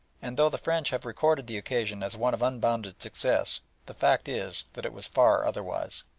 and though the french have recorded the occasion as one of unbounded success the fact is that it was far otherwise.